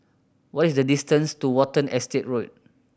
what is the distance to Watten Estate Road